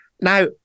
Now